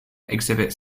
exhibit